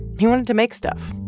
he wanted to make stuff.